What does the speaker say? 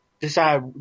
decide